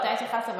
אתה התייחסת,